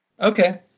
Okay